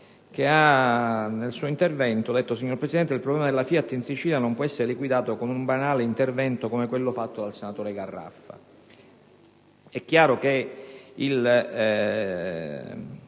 letto nel suo intervento quanto egli ha detto: «Signor Presidente, il problema della FIAT in Sicilia non può essere liquidato con un banale intervento, come quello fatto dal senatore Garraffa».